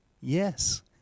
Yes